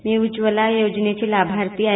मी उज्ज्वला योजनेची लाभार्थी आहे